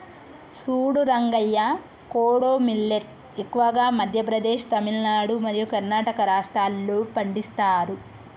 సూడు రంగయ్య కోడో మిల్లేట్ ఎక్కువగా మధ్య ప్రదేశ్, తమిలనాడు మరియు కర్ణాటక రాష్ట్రాల్లో పండిస్తారు